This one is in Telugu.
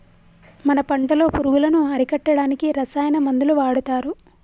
మన పంటలో పురుగులను అరికట్టడానికి రసాయన మందులు వాడతారు